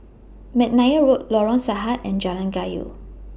Mcnair Road Lorong Sahad and Jalan Kayu